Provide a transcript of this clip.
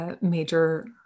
major